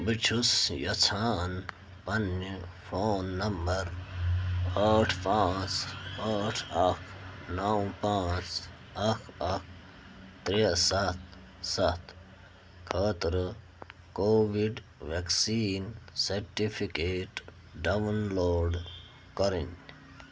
بہٕ چھُس یَژھان پَنٛنہِ فون نمبَر ٲٹھ پانٛژھ ٲٹھ اَکھ نَو پانٛژھ اَکھ اَکھ ترٛےٚ سَتھ سَتھ خٲطرٕ Covid vaccine certificate download کَرٕنۍ